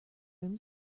room